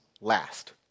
last